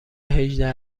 هجده